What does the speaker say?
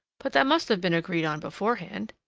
but that must have been agreed on beforehand.